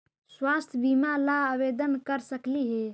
स्वास्थ्य बीमा ला आवेदन कर सकली हे?